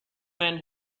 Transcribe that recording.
man